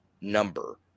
number